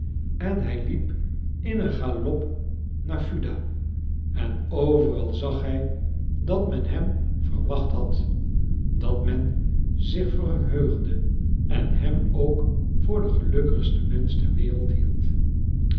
en hij liep in een galop naar fuda en overal zag hij dat men hem verwacht had dat men zich verheugde en hem voor den gelukkigsten mensch ter wereld hield